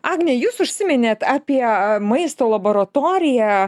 agne jūs užsiminėt apie maisto laboratoriją